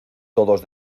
todos